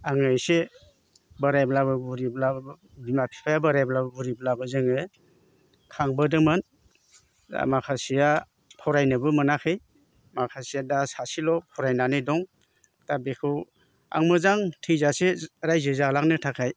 आङो एसे बोरायब्लाबो बुरिब्लाबो बिमा फिफाया बोरायब्लाबो बुरिब्लाबो जोङो खांबोदोमोन दा माखासेया फरायनोबो मोनाखै माखासेया दा सासेल' फरायनानै दं दा बिखौ आं मोजां थैजासे रायजो जालांनो थाखाय